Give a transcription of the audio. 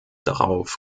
darauf